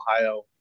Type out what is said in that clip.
Ohio